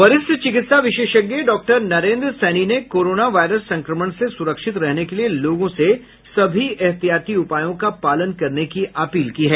वरिष्ठ चिकित्सा विशेषज्ञ डॉक्टर नरेंद्र सैनी ने कोरोनो वायरस संक्रमण से सुरक्षित रहने के लिए लोगों से सभी एहतियाती उपायों का पालन करने की अपील की है